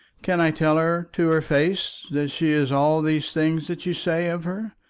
can i tell her to her face that she is all these things that you say of her,